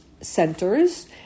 centers